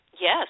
Yes